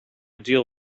deal